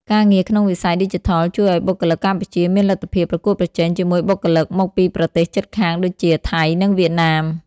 ការងារក្នុងវិស័យឌីជីថលជួយឱ្យបុគ្គលិកកម្ពុជាមានលទ្ធភាពប្រកួតប្រជែងជាមួយបុគ្គលិកមកពីប្រទេសជិតខាងដូចជាថៃ និងវៀតណាម។